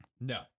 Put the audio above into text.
No